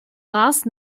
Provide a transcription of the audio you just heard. last